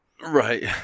Right